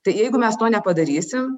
tai jeigu mes to nepadarysim